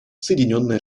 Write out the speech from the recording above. соединенные